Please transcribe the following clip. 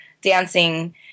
dancing